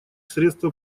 средство